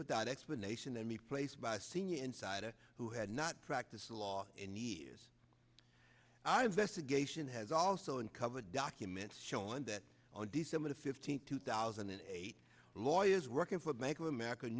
without explanation and replaced by a senior insider who had not practice law in years our investigation has also uncovered documents showing that on december fifteenth two thousand and eight lawyers working for bank of america